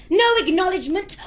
no acknowledgement!